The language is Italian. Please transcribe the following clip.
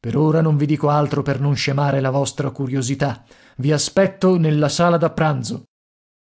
per ora non vi dico altro per non scemare la vostra curiosità i aspetto nella sala da pranzo